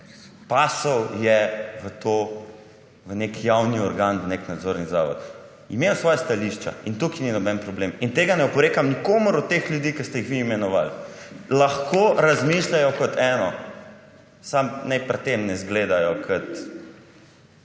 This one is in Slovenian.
pasal je v nek javni organ, nek nadzorni zavod. Imel je svoje stališča in tukaj ni noben problem in tega ne oporekam nikomur od teh ljudi, ki ste jih vi imenovali. Lahko razmišljajo kot eno, samo naj pri tem ne izgledajo kot